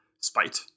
spite